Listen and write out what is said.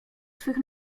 swych